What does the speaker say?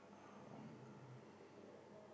um